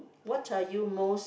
what are you most